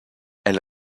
elle